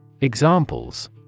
Examples